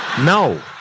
No